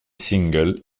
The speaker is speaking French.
single